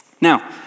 Now